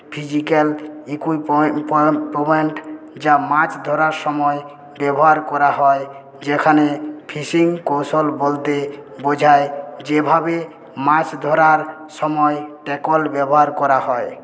physical equipment যা মাছ ধরার সময় ব্যবহার করা হয় যেখানে ফিশিং কৌশল বলতে বোঝায় যেভাবে মাছ ধরার সময় ট্যাকল ব্যবহার করা হয়